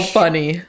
funny